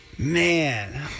Man